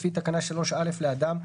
לפי תקנה 3(א) לאדם,